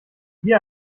hier